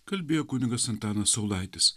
kalbėjo kunigas antanas saulaitis